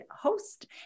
host